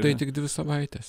tai tik dvi savaitės